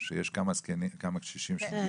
שיש כמה קשישים שם.